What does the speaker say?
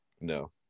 no